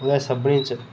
उ'नें सभनें च